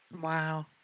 Wow